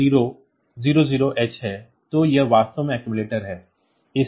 तो यह वास्तव में अक्सुमुलेटर है